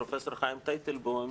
פרופ' חיים טייטלבאום,